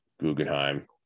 guggenheim